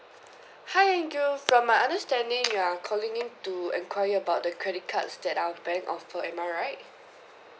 hi andrew from my understanding you're calling in to enquire about the credit cards that our bank offer am I right